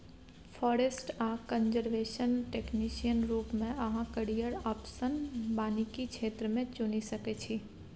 forest आ conservation technician रुप मे अहाँ कैरियर आप्शन बानिकी क्षेत्र मे चुनि सकै छी